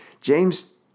James